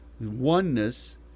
Oneness